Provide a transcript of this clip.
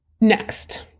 Next